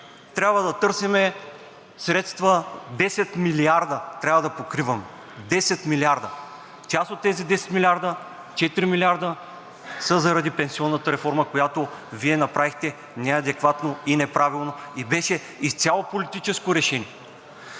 Трябва да търсим средства. 10 милиарда трябва да покриваме. 10 милиарда! Част от тези 10 милиарда – 4 милиарда, са заради пенсионната реформа, която Вие направихте неадекватно и неправилно и беше изцяло политическо решение.